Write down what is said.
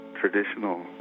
traditional